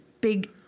big